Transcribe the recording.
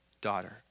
daughter